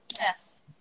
Yes